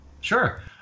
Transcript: Sure